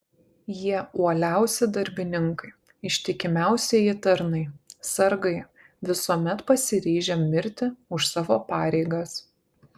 jie uoliausi darbininkai ištikimiausieji tarnai sargai visuomet pasiryžę mirti už savo pareigas